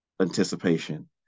anticipation